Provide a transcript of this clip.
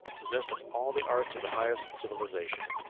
possessed of all the arts of the highest civilization,